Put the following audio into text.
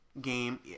game